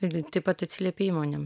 ir taip pat atsiliepia įmonėm